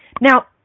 Now